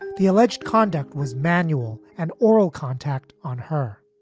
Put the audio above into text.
the alleged conduct was manual and oral contact on her.